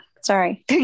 sorry